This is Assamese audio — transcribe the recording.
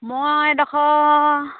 মই এডোখৰ